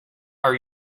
are